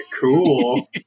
cool